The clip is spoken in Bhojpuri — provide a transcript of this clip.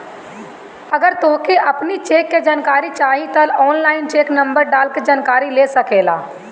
अगर तोहके अपनी चेक के जानकारी चाही तअ ऑनलाइन चेक नंबर डाल के जानकरी ले सकेला